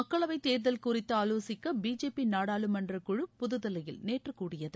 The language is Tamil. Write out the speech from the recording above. மக்களவைத் தேர்தல் குறித்து ஆலோசிக்க பிஜேபி நாடாளுமன்றக் குழ் புதுதில்லியில் நேற்று கூடியது